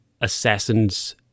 assassins